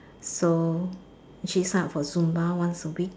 so I actually signed up for Zumba once a week